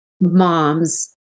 moms